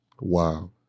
Wow